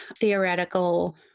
theoretical